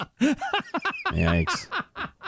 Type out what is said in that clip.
Yikes